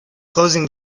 closing